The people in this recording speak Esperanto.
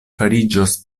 fariĝos